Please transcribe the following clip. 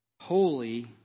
holy